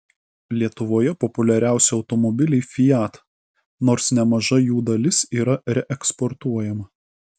lietuvoje populiariausi automobiliai fiat nors nemaža jų dalis yra reeksportuojama